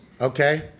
okay